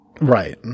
right